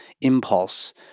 impulse